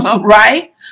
right